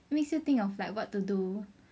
makes you think of like what to do